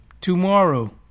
tomorrow